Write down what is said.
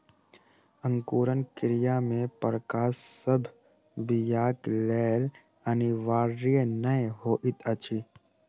अंकुरण क्रिया मे प्रकाश सभ बीयाक लेल अनिवार्य नै होइत अछि